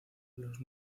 los